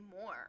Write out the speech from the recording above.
more